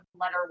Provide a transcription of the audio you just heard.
letter